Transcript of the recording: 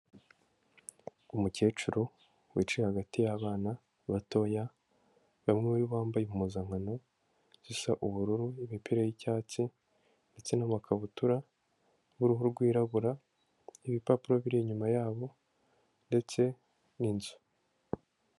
Umukecuru wicaye hagati y'abana batoya bamwe bambaye impuzankano zisa ubururu imipira y'icyatsi ndetse n'amakabutura y'uruhu rwirabura, ibipapuro biri inyuma yabo ndetse n'inzu.